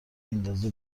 ندازه